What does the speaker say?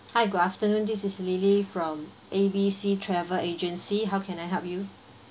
hi good afternoon this is lily from A B C travel agency how can I help you